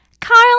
Carl